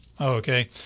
Okay